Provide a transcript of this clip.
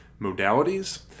modalities